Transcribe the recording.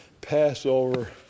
Passover